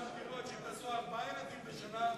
יש שם דירות שאם תעשו ארבעה ילדים בשנה,